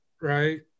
right